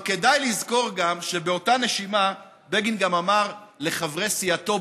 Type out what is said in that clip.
אבל כדאי גם לזכור שבאותה נשימה בגין אמר לחברי סיעתו,